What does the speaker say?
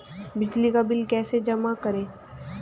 बिजली का बिल कैसे जमा करें?